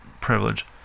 privilege